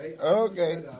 Okay